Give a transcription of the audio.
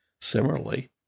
Similarly